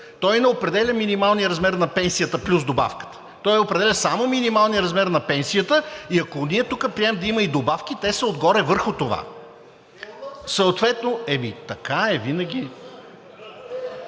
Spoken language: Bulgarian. той не определя минималния размер на пенсията плюс добавката, той определя само минималния размер на пенсията. И ако ние тук приемем да има и добавки, те са отгоре върху това. Съответно... (Реплика